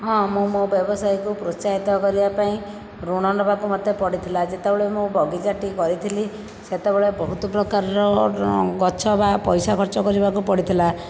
ହଁ ମୁଁ ମୋ ବ୍ୟବସାୟକୁ ପ୍ରୋତ୍ସାହିତ କରିବା ପାଇଁ ଋଣ ନେବାକୁ ମୋତେ ପଡ଼ିଥିଲା ଯେତେବେଳେ ମୁଁ ବଗିଚାଟି କରିଥିଲି ସେତେବେଳେ ବହୁତ ପ୍ରକାରର ଗଛ ବା ପଇସା ଖର୍ଚ୍ଚ କରିବାକୁ ପଡ଼ିଥିଲା